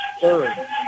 third